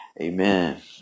Amen